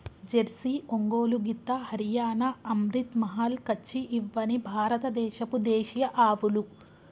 Jersey, Ongole గిత్త, హరియాణా, అమ్రిత్ మహల్, కచ్చి ఇవ్వని భారత దేశపు దేశీయ ఆవులు